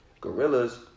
gorillas